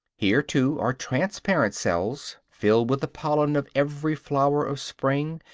here, too, are transparent cells filled with the pollen of every flower of spring,